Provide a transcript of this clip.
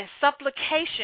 supplication